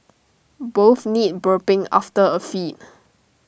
both need burping after A feed